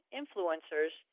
influencers